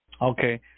Okay